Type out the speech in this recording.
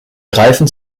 greifen